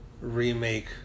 remake